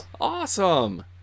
awesome